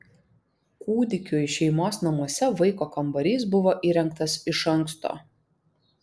kūdikiui šeimos namuose vaiko kambarys buvo įrengtas iš anksto